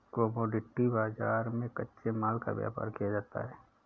commodity बाजार में कच्चे माल का व्यापार किया जाता है